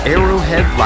Arrowhead